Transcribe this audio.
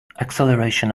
acceleration